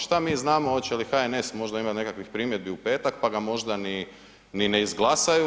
Šta mi znamo hoće li HNS, možda imaju nekakvih primjedbi u petak pa ga možda ni ne izglasaju.